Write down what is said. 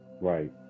Right